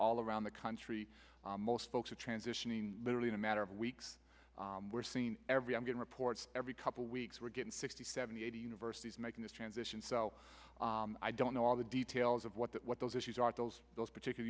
all around the country most folks are transitioning literally in a matter of weeks we're seen every i'm getting reports every couple of weeks we're getting sixty seventy eighty universities making this transition so i don't know all the details of what that what those issues are those those particular